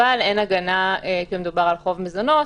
אבל אין הגנה כשמדובר על חוב מזונות,